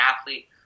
athlete